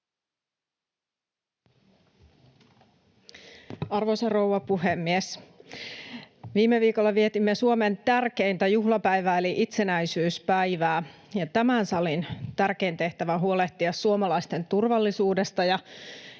Arvoisa rouva puhemies! Viime viikolla vietimme Suomen tärkeintä juhlapäivää eli itsenäisyyspäivää. Tämän salin tärkein tehtävä on huolehtia suomalaisten turvallisuudesta, ja